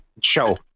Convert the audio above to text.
show